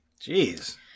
Jeez